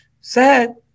sad